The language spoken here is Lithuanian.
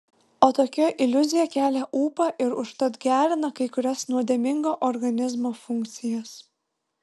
o tokia iliuzija kelia ūpą ir užtat gerina kai kurias nuodėmingo organizmo funkcijas